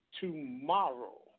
Tomorrow